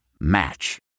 Match